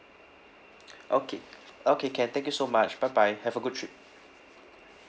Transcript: okay okay can thank you so much bye bye have a good trip